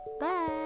Bye